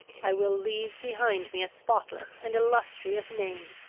i will leave behind me a spotless and illustrious name.